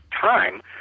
time